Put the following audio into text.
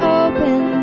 open